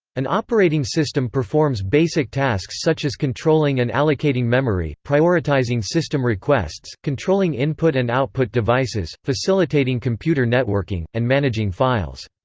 an operating system performs basic tasks such as controlling and allocating memory, prioritizing system requests, controlling input and output devices, facilitating computer networking, and managing files.